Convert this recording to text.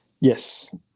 Yes